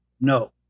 no